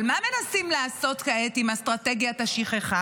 אבל מה מנסים לעשות כעת עם אסטרטגיית השכחה?